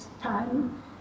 time